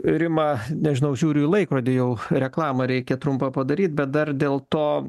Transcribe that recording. rima nežinau žiūriu į laikrodį jau reklamą reikia trumpą padaryti bet dar dėl to